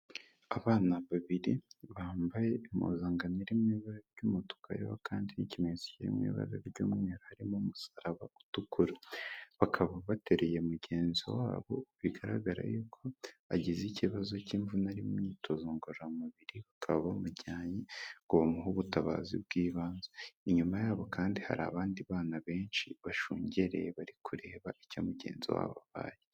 Abana babiri bambaye impuzankano iri mu ibara ry'umutuku, hariho kandi n'ikimenyetso cyiri mu ibabara ry'umweru harimo n'umusaraba utukura. Bakaba bateruye mugenzi wabo bigaragara y'uko agize ikibazo cy'imvune ari mu imyitozo ngororamubiri, bakaba bamujyanye ngo bamuhe ubutabazi bw'ibanze, inyuma yabo kandi hari abandi bana benshi bashungereye bari kureba icyo mugenzi wabo abaye.